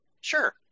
Sure